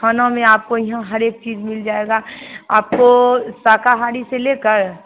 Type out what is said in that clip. खाने में आपको यहाँ हर एक चीज़ मिल जाएगा आपको शाकाहारी से लेकर